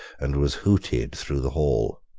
and was hooted through the hall.